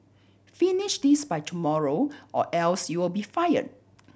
finish this by tomorrow or else you'll be fire